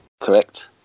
Correct